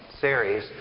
series